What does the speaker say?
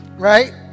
Right